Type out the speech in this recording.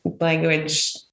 language